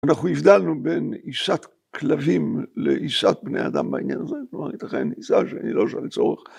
‫אנחנו הבדלנו בין עיסת כלבים ‫לעיסת בני אדם בעניין הזה, ‫כלומר ייתכן עיסה שהיא לא שלצורך.